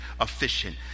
efficient